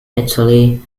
italy